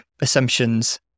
assumptions